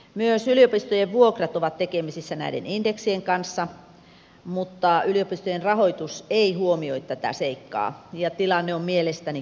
myös yliopistojen vuokrat ovat tekemisissä näiden indeksien kanssa mutta yliopistojen rahoitus ei huomioi tätä seikkaa ja tilanne on mielestäni kohtuuton